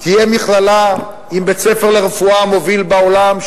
תהיה מכללה עם בית-ספר לרפואה מוביל בעולם,